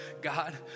God